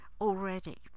already